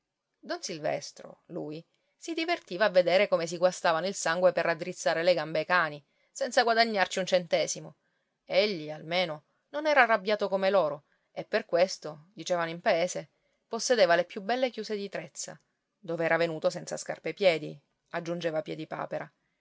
don silvestro lui si divertiva a vedere come si guastavano il sangue per raddrizzare le gambe ai cani senza guadagnarci un centesimo egli almeno non era arrabbiato come loro e per questo dicevano in paese possedeva le più belle chiuse di trezza dove era venuto senza scarpe ai piedi aggiungeva